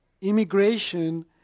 immigration